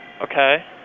Okay